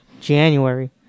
January